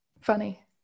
funny